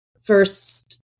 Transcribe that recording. first